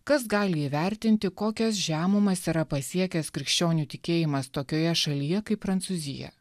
kas gali įvertinti kokias žemumas yra pasiekęs krikščionių tikėjimas tokioje šalyje kaip prancūzija